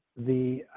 the,